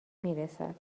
میرسد